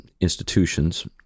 institutions